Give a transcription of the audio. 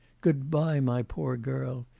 good-bye, my poor girl!